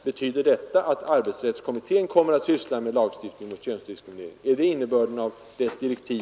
Betyder det att arbetsrättskommittén kommer att syssla med lagstiftning mot könsdiskriminering? Är det innebörden i dess direktiv?